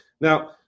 Now